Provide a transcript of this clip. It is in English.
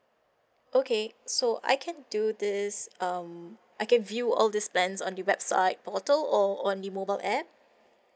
okay so I can do this um I can view all these plans on the website portal or on the mobile app